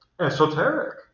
esoteric